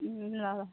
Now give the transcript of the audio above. ल ल